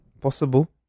possible